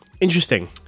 Interesting